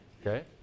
Okay